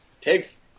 Takes